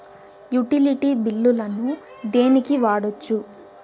Utility బిల్లులను దేనికి వాడొచ్చు?